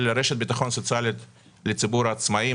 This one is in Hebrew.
רשת ביטחון סוציאלית לציבור העצמאיים,